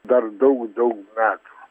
dar daug daug metų